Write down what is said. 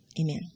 amen